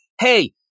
hey